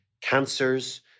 cancers